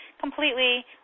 completely